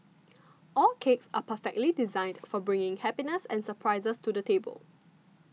all cakes are perfectly designed for bringing happiness and surprises to the table